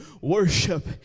worship